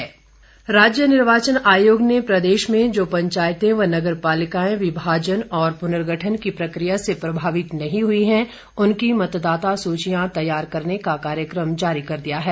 निर्वाचन आयोग राज्य निर्वाचन आयोग ने प्रदेश में जो पंचायतें व नगरपालिकाएं विभाजन और पुनर्गठन की प्रक्रिया से प्रभावित नहीं हुई हैं उनकी मतदाता सूचियां तैयार करने का कार्यक्रम जारी कर दिया है